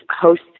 host